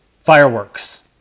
fireworks